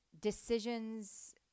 Decisions